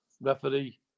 referee